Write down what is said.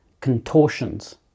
contortions